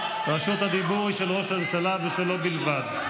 רשות הדיבור היא של ראש הממשלה ושלו בלבד.